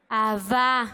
"אהבה".